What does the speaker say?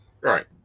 Right